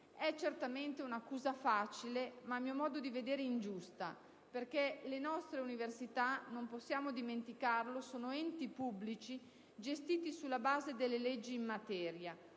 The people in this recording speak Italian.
È certamente un'accusa facile, ma a mio modo di vedere ingiusta, perché le nostre università - non possiamo dimenticarlo - sono enti pubblici gestiti sulla base delle leggi in materia.